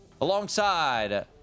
Alongside